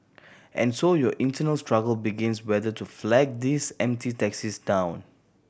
and so your internal struggle begins whether to flag these empty taxis down